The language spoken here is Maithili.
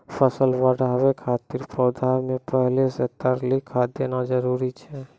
फसल बढ़ाबै खातिर पौधा मे पहिले से तरली खाद देना जरूरी छै?